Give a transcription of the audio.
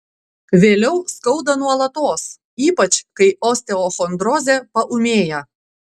vėliau skauda nuolatos ypač kai osteochondrozė paūmėja